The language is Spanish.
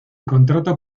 contrato